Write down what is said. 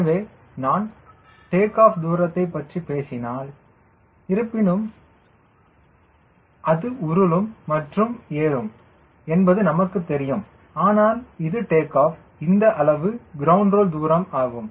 எனவே நான் take off தூரத்தைப் பற்றி பேசினால் இருப்பினும் அது உருளும் மற்றும் ஏறும் என்பது நமக்குத் தெரியும் ஆனால் இது டேக் ஆஃப் இந்த அளவு கிரவுண்ட் ரோல் தூரம் ஆகும்